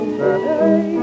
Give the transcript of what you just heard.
today